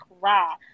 cry